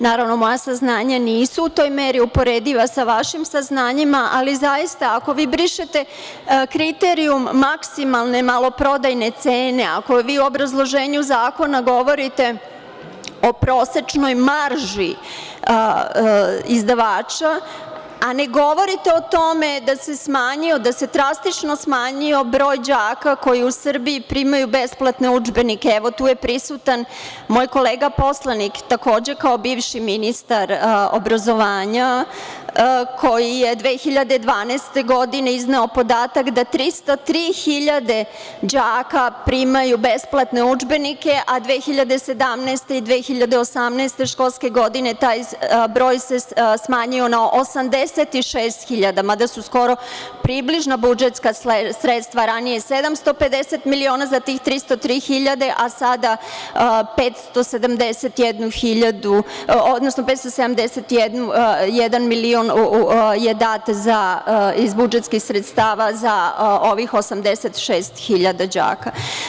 Naravno, moja saznanja nisu u toj meri uporediva sa vašim saznanjima, ali zaista ako vi brišete kriterijum maksimalne maloprodajne cene, ako vi u obrazloženju zakona govorite o prosečnu marži izdavača, a ne govorite o tome da se drastično smanjio broj đaka koji u Srbiji primaju besplatne udžbenike, tu je prisutan moj kolega poslanik, takođe kao bivši ministar obrazovanja, koji je 2012. godine izneo podatak da 303.000 đaka primaju besplatne udžbenike a 2017. i 2018. školske godine, taj broj se smanjio na 86.000, mada su skoro približno budžetska sredstva, ranije 750 miliona za 303.000, a sada 571 milion je dat iz budžetskih sredstava za ovih 86.000 đaka.